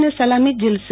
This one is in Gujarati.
અને સલામી ઝીલશે